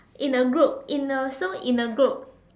in a group in a so in a group